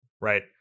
Right